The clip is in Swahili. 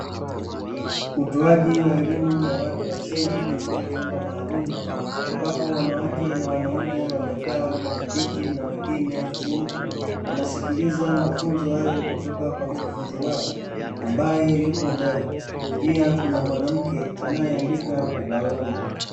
Utoaji wa elimu ya watu wazima katika chumba maalumu, ambapo wanawake na wanaume wamekaa kwenye viti na wengine chini, wanasikiliza mafunzo hayo kutoka kwa mkufunzi wao ambaye yupo mbele. Pia kuna mwanamke anayeandika ubaoni.